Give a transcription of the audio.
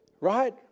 right